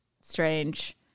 strange